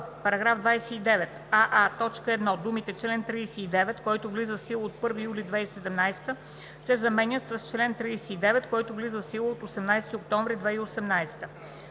аа) в т. 1 думите „член 39, който влиза в сила от 1 юли 2017“ се заменя с „член 39, който влиза в сила от 18 октомври 2018“;